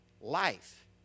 life